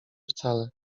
wcale